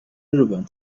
日本